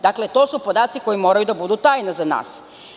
Dakle, to su podaci koji moraju biti tajna za nas.